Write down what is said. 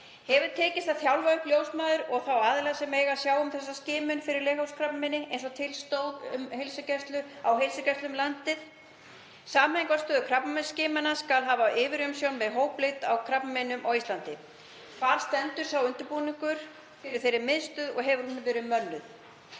Hefur tekist að þjálfa upp ljósmæður og þá aðila sem sjá eiga um skimun fyrir leghálskrabbameini, eins og til stóð, á heilsugæslum um landið? Samhæfingarstöð krabbameinsskimana skal hafa yfirumsjón með hópleit að krabbameinum á Íslandi. Hvar stendur sá undirbúningur fyrir þeirri miðstöð og hefur hún verið mönnuð?